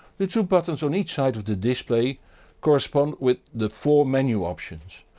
the two buttons on each side of the display correspond with the four menu options.